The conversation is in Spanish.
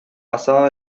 pasado